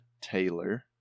Taylor